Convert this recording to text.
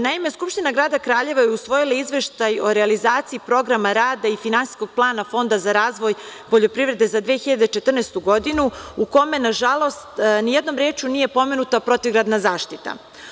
Naime, Skupština grada Kraljeva je usvojila Izveštaj o realizaciji programa rada i finansijskog plana Fonda za razvoj poljoprivrede za 2014. godinu, u kome, nažalost, nijednom rečju nije pomenuta protivgradna zaštita.